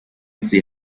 see